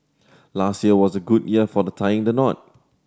last year was a good year for the tying the knot